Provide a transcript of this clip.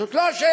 זאת לא השאלה,